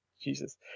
Jesus